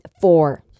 four